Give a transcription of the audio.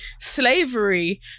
slavery